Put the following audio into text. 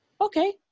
okay